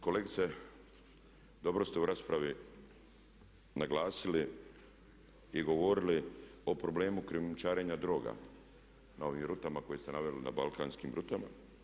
Kolegice dobro ste u raspravi naglasili i govorili o problemu krijumčarenja droga na ovim rutama koje ste naveli, na balkanskim rutama.